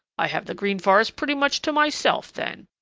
i have the green forest pretty much to myself then.